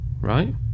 right